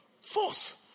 Force